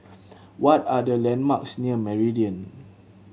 what are the landmarks near Meridian